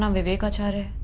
um vivek acharya,